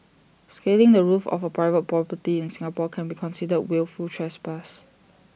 scaling the roof of A private property in Singapore can be considered wilful trespass